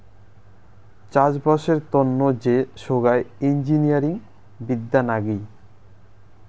চাষবাসের তন্ন যে সোগায় ইঞ্জিনিয়ারিং বিদ্যা নাগি